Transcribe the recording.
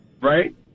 right